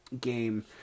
game